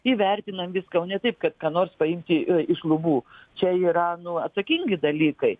įvertinam viską o ne taip kad ką nors paimti iš lubų čia yra nu atsakingi dalykai